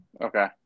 Okay